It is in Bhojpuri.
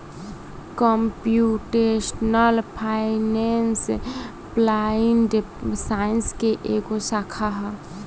कम्प्यूटेशनल फाइनेंस एप्लाइड साइंस के एगो शाखा ह